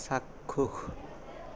চাক্ষুষ